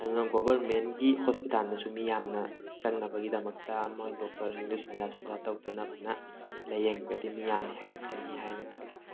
ꯑꯗꯨꯅ ꯒꯣꯕꯔꯃꯦꯟꯒꯤ ꯍꯣꯁꯄꯤꯇꯥꯜꯗꯁꯨ ꯃꯤ ꯌꯥꯝꯅ ꯆꯪꯅꯕꯒꯤꯗꯃꯛꯇ ꯃꯣꯏ ꯗꯣꯛꯇꯔꯁꯤꯡꯗꯣ ꯁꯦꯟꯖꯥ ꯊꯨꯝꯖꯥ ꯇꯧꯗꯅ ꯐꯖꯅ ꯂꯥꯏꯌꯦꯡꯉꯒꯗꯤ ꯃꯤ ꯌꯥꯝꯅ ꯍꯦꯟꯒꯠꯀꯅꯤ ꯍꯥꯏꯅ ꯈꯜꯂꯤ